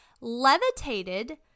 levitated